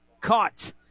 caught